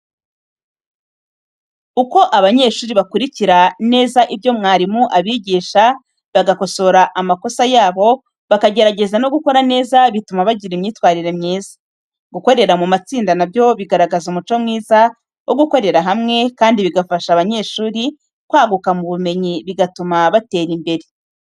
Uko abanyeshuri bakurikira neza ibyo umwarimu abigisha, bagakosora amakosa yabo bakagerageza no gukora neza, bituma bagira imyitwarire myiza. Gukorera mu matsinda na byo bigaragaza umuco mwiza wo gukorera hamwe kandi bigafasha abanyeshuri kwaguka mu bumenyi bigatuma batera imbere.